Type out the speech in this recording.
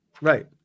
Right